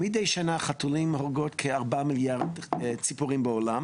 מידי שנה חתולים הורגות כ-4 מיליארד ציפורים בעולם